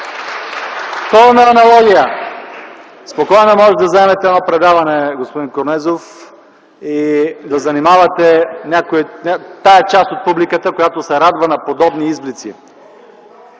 Пълна аналогия. Спокойно може да вземете едно предаване, господин Корнезов, и да занимавате тази част от публиката, която се радва на подобни изблици.